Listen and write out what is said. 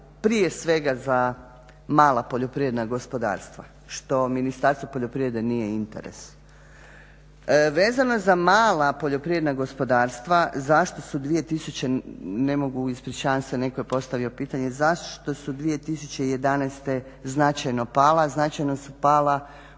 prije svega za mala poljoprivredna gospodarstva što Ministarstvu poljoprivrede nije interes. Vezano za mala poljoprivredna gospodarstva zašto su dvije tisuće, ne mogu,